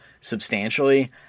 substantially